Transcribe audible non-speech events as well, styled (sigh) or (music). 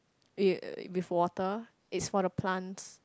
(noise) with water it's for the plants